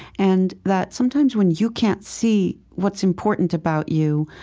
and that sometimes when you can't see what's important about you,